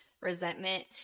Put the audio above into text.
Resentment